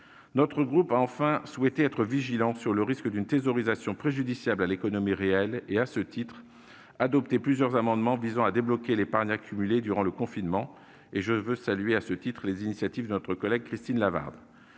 notre groupe a été vigilant sur le risque d'une thésaurisation préjudiciable à l'économie réelle et, à ce titre, a adopté plusieurs amendements visant à débloquer l'épargne accumulée durant le confinement. Je salue, à cette occasion, les initiatives de notre collègue Christine Lavarde.